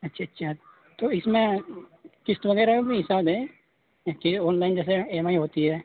اچھا اچھا تو اس میں کست وغیرہ میں بھی حساب ہے کہ آن لائن جیسے ای ایم آئی ہوتی ہے